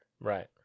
Right